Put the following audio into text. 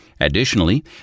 Additionally